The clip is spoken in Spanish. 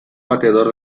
bateador